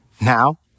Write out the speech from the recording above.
Now